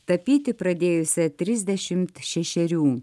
tapyti pradėjusią trisdešimt šešerių